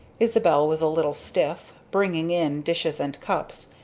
isabel was a little stiff, bringing in dishes and cups,